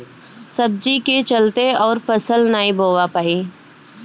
सब्जी के चलते अउर फसल नाइ बोवा पाई